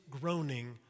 groaning